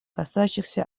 касающихся